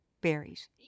berries